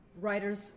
writers